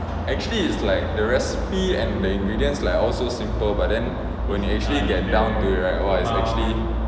actually is like the recipe and the ingredients like all so simple but then when you actually get down to it right !wah! is actually